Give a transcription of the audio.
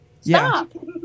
Stop